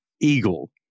eagle